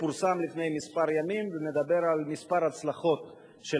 הוא פורסם לפני כמה ימים והוא מדבר על כמה הצלחות של